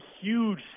huge